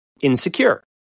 insecure